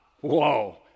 whoa